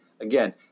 Again